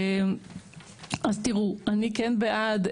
אני כן בעד,